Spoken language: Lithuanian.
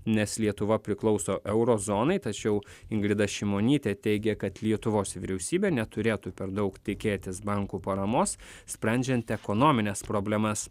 nes lietuva priklauso euro zonai tačiau ingrida šimonytė teigė kad lietuvos vyriausybė neturėtų per daug tikėtis bankų paramos sprendžiant ekonomines problemas